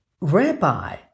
Rabbi